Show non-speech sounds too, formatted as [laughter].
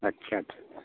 अच्छा अच्छा [unintelligible]